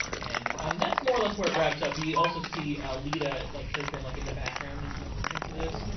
and and that's more or less where it wraps up. we also see leetah like has been like in the background, just kind of listening to this.